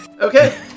okay